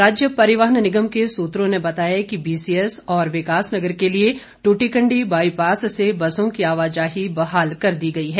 राज्य परिवहन निगम के सूत्रों ने बताया कि बीसीएस और विकास नगर के लिए ट्टीकंडी बाईपास से बसों की आवाजाही बहाल कर दी गई है